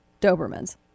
Dobermans